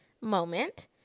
moment